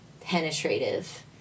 penetrative